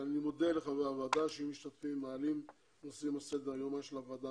אני מודה לחברי הוועדה שמשתתפים ומעלים נושאים לסדר יומה של הוועדה.